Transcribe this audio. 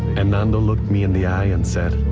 and nando looked me in the eye and said,